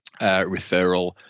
referral